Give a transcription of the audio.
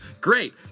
Great